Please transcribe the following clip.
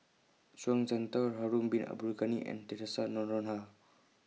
Zhuang Shengtao Harun Bin Abdul Ghani and Theresa Noronha